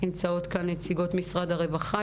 נמצאות כאן נציגות משרד הרווחה,